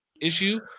issue